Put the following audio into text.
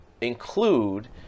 include